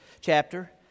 chapter